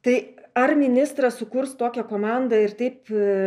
tai ar ministras sukurs tokią komandą ir taip